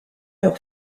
leurs